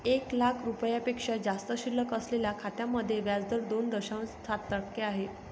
एक लाख रुपयांपेक्षा जास्त शिल्लक असलेल्या खात्यांमध्ये व्याज दर दोन दशांश सात टक्के आहे